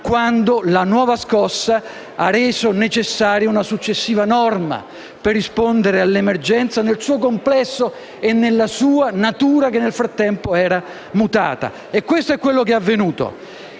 quando la nuova scossa ha reso necessaria una successiva norma, per rispondere all'emergenza nel suo complesso e nella sua natura, che nel frattempo era mutata. E questo è quello che è avvenuto.